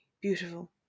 beautiful